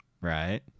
Right